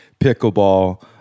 pickleball